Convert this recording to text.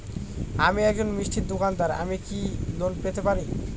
আমি একজন মিষ্টির দোকাদার আমি কি ঋণ পেতে পারি?